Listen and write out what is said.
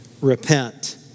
repent